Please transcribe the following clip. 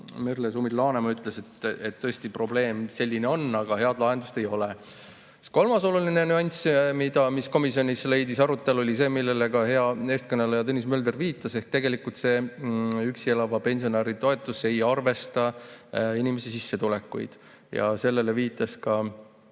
Merle Sumil-Laanemaa ütles, et tõesti, selline probleem on, aga head lahendust ei ole. Kolmas oluline nüanss, mis komisjonis leidis arutelu, oli see, millele ka hea eestkõneleja Tõnis Mölder viitas, et tegelikult see üksi elava pensionäri toetus ei arvesta inimeste sissetulekuid. Sellele viitasid ka